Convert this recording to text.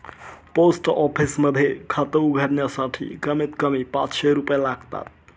post office मध्ये खात उघडण्यासाठी कमीत कमी पाचशे रुपये लागतात